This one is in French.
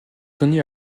tony